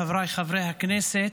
חבריי חברי הכנסת,